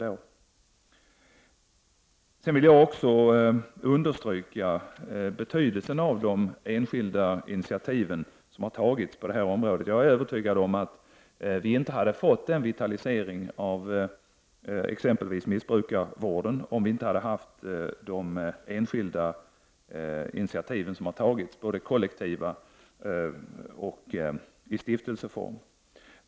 Jag vill också understryka betydelsen av de enskilda initiativ som har tagits på detta område. Jag är övertygad om att den vitalisering av exempelvis missbrukarvården som har ägt rum aldrig hade kommit till stånd utan de enskilda initiativ som har tagits både kollektivt och i stiftelseform.